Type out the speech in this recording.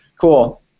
cool